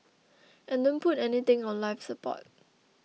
and don't put anything on life support